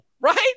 right